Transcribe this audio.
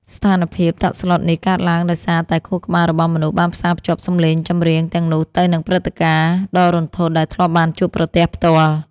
ស្ថានភាពតក់ស្លុតនេះកើតឡើងដោយសារតែខួរក្បាលរបស់មនុស្សបានផ្សារភ្ជាប់សម្លេងចម្រៀងទាំងនោះទៅនឹងព្រឹត្តិការណ៍ដ៏រន្ធត់ដែលធ្លាប់បានជួបប្រទះផ្ទាល់។